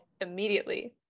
immediately